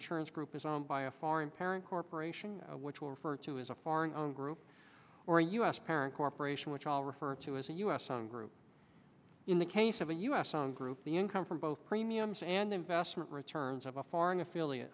insurance group is owned by a foreign parent corporation which will refer to as a foreigner own group or a us parent corporation which all refer to as a us own group in the case of a us own group the income from both premiums and investment returns of a foreign affiliate